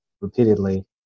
repeatedly